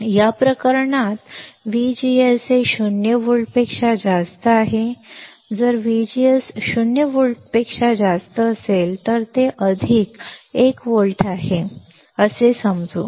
या प्रकरणात माझे VGS 0 व्होल्ट जर माझे VGS 0 व्होल्ट असेल तर ते अधिक 1 व्होल्ट आहे असे समजू